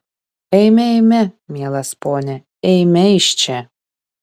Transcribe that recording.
eime eime mielas pone eime iš čia